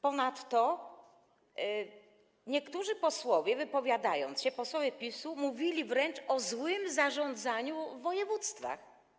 Ponadto niektórzy posłowie, wypowiadając się, posłowie PiS-u mówili wręcz o złym zarządzaniu w województwach.